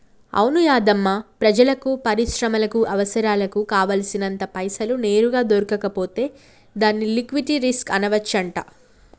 అవును యాధమ్మా ప్రజలకు పరిశ్రమలకు అవసరాలకు కావాల్సినంత పైసలు నేరుగా దొరకకపోతే దాన్ని లిక్విటీ రిస్క్ అనవచ్చంట